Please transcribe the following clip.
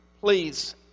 Please